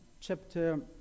chapter